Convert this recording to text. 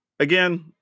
Again